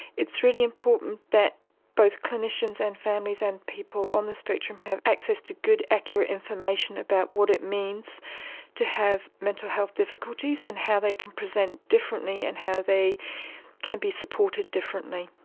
it's really important that both clinicians and families and people on the spectrum have access to good accurate information about what it means to have mental health difficulties and how they can present differently and how they can be supported differently.